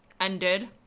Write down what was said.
Ended